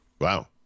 Wow